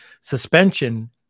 suspension